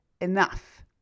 enough